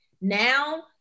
Now